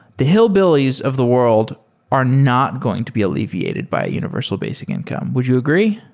the hillbillies of the world are not going to be alleviated by universal basic income. would you agree?